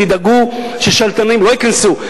תדאגו ששרלטנים לא ייכנסו,